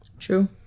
True